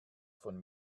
von